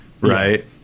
right